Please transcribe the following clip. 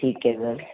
ਠੀਕ ਹੈ ਮੈਮ